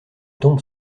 tombe